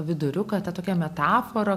viduriuką tą tokią metaforą